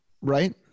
right